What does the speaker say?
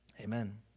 Amen